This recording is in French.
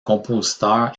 compositeur